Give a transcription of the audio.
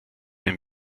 ein